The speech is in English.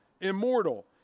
immortal